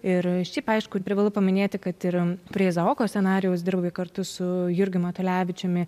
ir šiaip aišku ir privalu paminėti kad ir prie izaoko scenarijaus dirbai kartu su jurgiu matulevičiumi